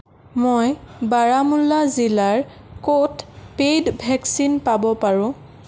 মই বাৰামুল্লা জিলাৰ ক'ত পেইড ভেকচিন পাব পাৰোঁ